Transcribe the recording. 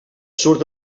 surt